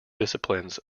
disciplines